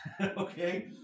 Okay